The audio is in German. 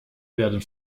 werden